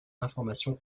informations